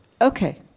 Okay